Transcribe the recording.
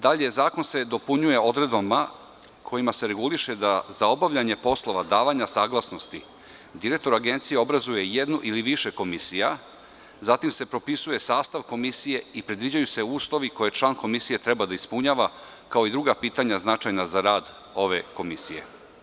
Dalje, zakon se dopunjuje odredbama kojima se reguliše da za obavljanje poslova davanja saglasnosti direktor Agencije obrazuje jednu ili više komisija, zatim se propisuje sastav komisije i predviđaju se uslovi koje član komisije treba da ispunjava, kao i druga pitanja značajna za rad ove komisije.